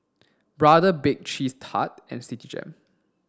Brother Bake Cheese Tart and Citigem